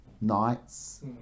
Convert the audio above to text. nights